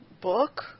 book